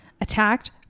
attacked